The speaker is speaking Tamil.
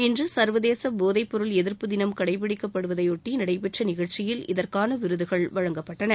இன்று சர்வதேச போதைப் பொருள் எதிர்ப்பு தினம் கடைப்பிடிக்கப்படுவதைபொட்டி நடைபெற்ற நிகழ்ச்சியில் இதற்கான விருதுகள் வழங்கப்பட்டன